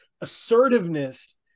assertiveness